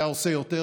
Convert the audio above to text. היה עושה יותר,